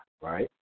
right